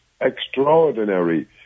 extraordinary